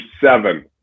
seven